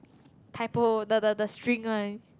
typo the the the string one